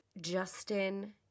Justin